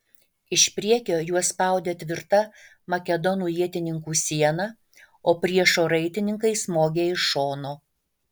iš priekio juos spaudė tvirta makedonų ietininkų siena o priešo raitininkai smogė iš šono